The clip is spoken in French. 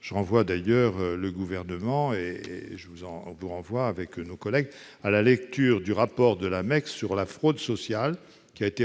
Je renvoie d'ailleurs le Gouvernement et nos collègues à la lecture du rapport de la MECSS sur la fraude sociale,